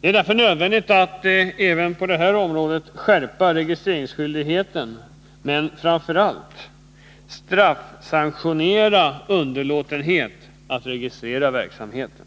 Det är därför nödvändigt att även på detta område skärpa registreringsskyldigheten men att framför allt straffsanktionera underlåtenhet att registrera verksamheten.